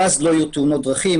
ואז לא יהיו תאונות דרכים,